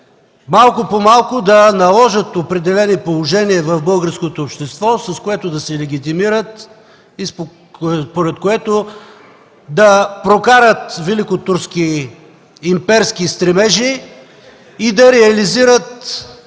малко по малко да наложат определени положения в българското общество, с което да се легитимират и според което да прокарат великотурски, имперски стремежи и да реализират